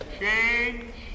Change